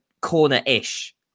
corner-ish